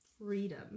freedom